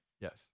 Yes